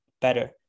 better